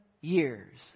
years